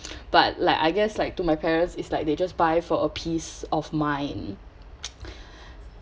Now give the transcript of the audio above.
but like I guess like to my parents is like they just buy for a peace of mind